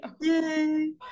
yay